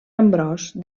ambròs